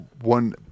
one